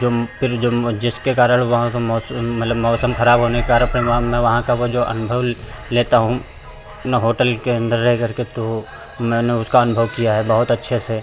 जोम फ़िर जो जिसके कारण वहाँ का मौसम मतलब मौसम खराब होने के कारण फ़िर वहाँ मैं वहाँ का वह जो अनुभव लेता हूँ न होटल के अंदर रहकर के तो मैंने उसका अनुभव किया है बहुत अच्छे से